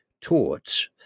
taught